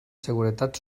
seguretat